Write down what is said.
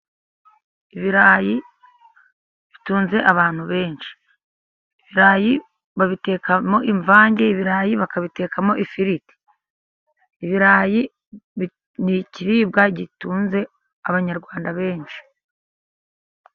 Ibirayi bitunze abantu benshi. Ibirayi babitekamo imvange. Ibirayi bakabitekamo ifiriti. Ibirayi ni ikiribwa gitunze abanyarwanda benshi.